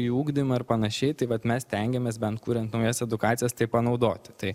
į ugdymą ir panašiai tai vat mes stengiamės bent kuriant naujas edukacijas tai panaudoti tai